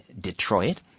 Detroit